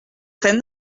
très